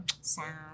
sad